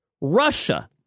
Russia